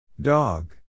Dog